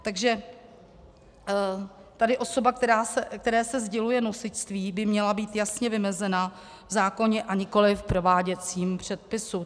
Takže tady osoba, které se sděluje nosičství, by měla být jasně vymezena v zákoně, a nikoliv v prováděcím předpisu.